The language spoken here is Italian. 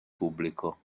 pubblico